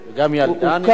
וגם ילדה, נדמה לי.